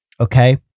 okay